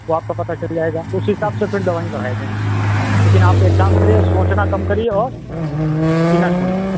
वो आपको पता चल जाएगा फिर उसी हिसाब से दवाएं बढ़ाई जाएँगी लेकिन आप एक काम करिए सोचना कम करिए और पीना छोड़िए